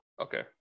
Okay